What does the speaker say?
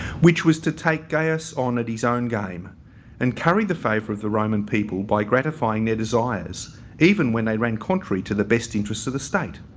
which was to take gaius on at his own game and carry the favour of the roman people by gratifying their desires even when they ran contrary to the best interests of the state.